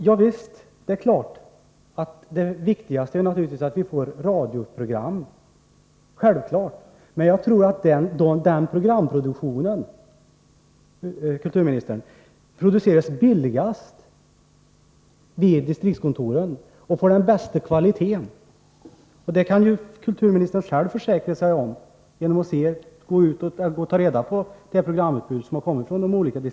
Herr talman! Ja visst, det viktigaste är naturligtvis att vi verkligen får radioprogram. Jag tror emellertid, herr kulturminister, att programproduktionen blir billigast vid distriktskontoren. Dessutom blir kvaliteten på programmen den bästa där. Kulturministern kan själv förvissa sig om den saken genom att titta på distriktskontorens programutbud.